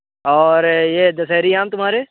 और ये दशहरी आम तुम्हारे